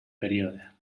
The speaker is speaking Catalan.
període